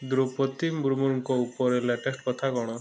ଦ୍ରୌପଦୀ ମୁର୍ମୁଙ୍କ ଉପରେ ଲାଟେଷ୍ଟ୍ କଥା କ'ଣ